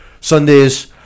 Sundays